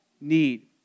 need